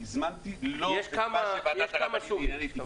יש כמה סוגים.